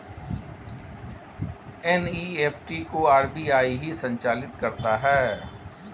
NEFT को RBI ही संचालित करता है